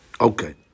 Okay